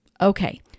Okay